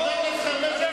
חבר הכנסת חרמש,